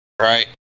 right